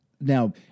Now